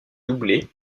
doublé